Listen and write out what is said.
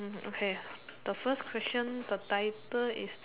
mm okay the first question the title is